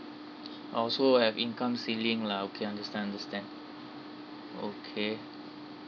ah also have income ceiling lah okay understand understand okay